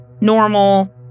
normal